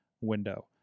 window